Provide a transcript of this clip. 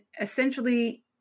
essentially